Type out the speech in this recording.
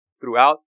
throughout